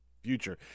future